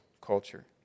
culture